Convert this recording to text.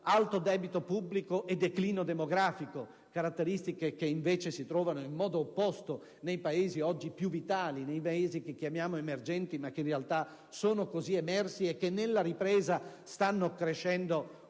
alto debito pubblico e declino demografico? Tali caratteristiche, invece, si trovano in modo opposto nei Paesi oggi più vitali, che chiamiamo emergenti ma che, in realtà, sono già emersi e che nella ripresa stanno crescendo